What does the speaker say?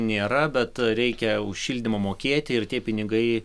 nėra bet reikia už šildymą mokėti ir tie pinigai